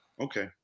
Okay